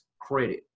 credit